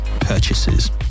purchases